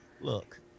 Look